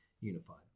unified